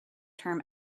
term